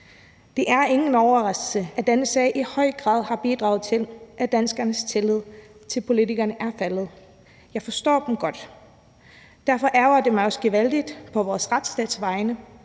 Det er ingen overraskelse, at denne sag i høj grad har bidraget til, at danskernes tillid til politikerne er faldet. Jeg forstår dem godt. Derfor ærgrer det mig også gevaldigt på vores retsstats vegne,